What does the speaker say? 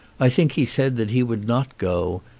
i think he said that he would not go,